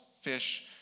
fish